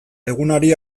egunari